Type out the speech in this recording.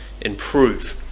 improve